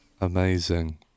Amazing